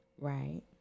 right